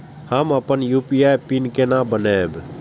हम अपन UPI PIN केना बनैब?